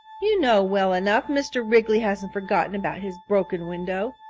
you know well enough. mr. ringley hasn't forgotten about his broken window.